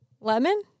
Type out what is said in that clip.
Lemon